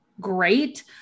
Great